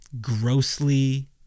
grossly